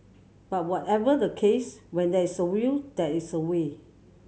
but whatever the case when there's a will there's a way